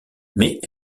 mais